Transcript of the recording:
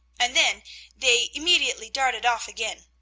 and then they immediately, darted off again.